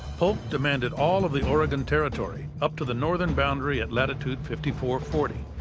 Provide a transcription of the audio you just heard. polk demanded all of the oregon territory, up to the northern boundary at latitude fifty four forty.